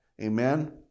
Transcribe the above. amen